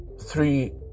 three